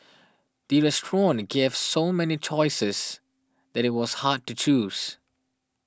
the restaurant gave so many choices that it was hard to choose